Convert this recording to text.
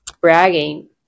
bragging